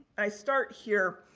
i start here.